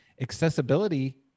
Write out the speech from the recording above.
Accessibility